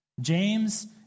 James